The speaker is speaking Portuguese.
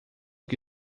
que